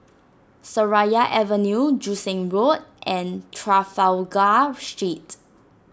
Seraya Avenue Joo Seng Road and Trafalgar Street